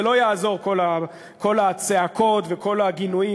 זה לא יעזור, כל הצעקות וכל הגינויים.